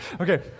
Okay